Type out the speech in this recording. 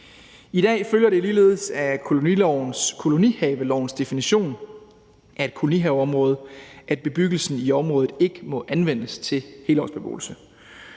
I dag følger det ligeledes af kolonihavelovens definition af et kolonihaveområde, at bebyggelsen i området ikke må anvendes til helårsbeboelse.